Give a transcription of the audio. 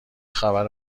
خبر